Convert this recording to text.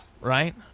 right